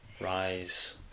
Rise